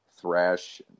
thrash